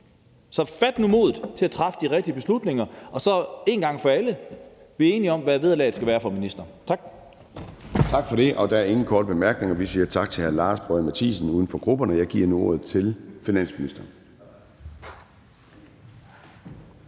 Så fat nu modet til at træffe de rigtige beslutninger, og bliv en gang for alle enige om, hvad vederlaget skal være for ministre. Tak. Kl. 10:17 Formanden (Søren Gade): Tak for det. Der er ingen korte bemærkninger, og vi siger tak til hr. Lars Boje Mathiesen, uden for grupperne. Jeg giver nu ordet til finansministeren.